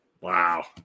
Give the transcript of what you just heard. Wow